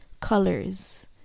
colors